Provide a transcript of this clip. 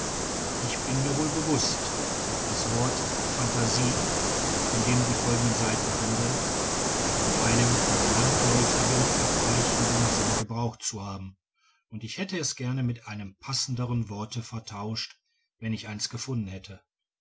ich bin mir wohl bewußt das wort phantasie von dem die folgenden seiten handeln in einem dem landläufigen abweichenden sinne gebraucht zu haben und ich hätte es gern mit einem passenderen worte vertauscht wenn ich eins gefunden hätte